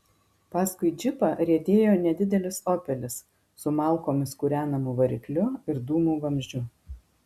paskui džipą riedėjo nedidelis opelis su malkomis kūrenamu varikliu ir dūmų vamzdžiu